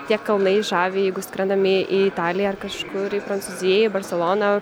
tie kalnai žavi jeigu skrendam į į italiją ar kažkur į prancūziją į barseloną